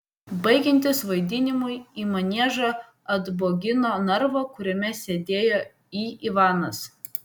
baigiantis vaidinimui į maniežą atbogino narvą kuriame sėdėjo į ivanas